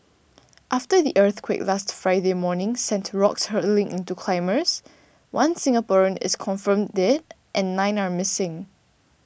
after the earthquake last Friday morning sent rocks hurtling into climbers one Singaporean is confirmed dead and nine are missing